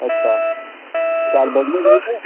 अच्छा शैल बधिया चाहिदा